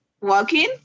walking